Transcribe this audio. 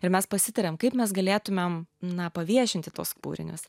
ir mes pasitarėm kaip mes galėtumėm na paviešinti tuos kūrinius